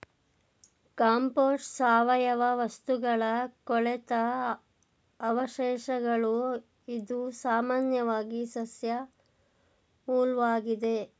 compost ಸಾವಯವ ವಸ್ತುಗಳ ಕೊಳೆತ ಅವಶೇಷಗಳು ಇದು ಸಾಮಾನ್ಯವಾಗಿ ಸಸ್ಯ ಮೂಲ್ವಾಗಿದೆ